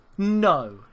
no